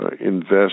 invest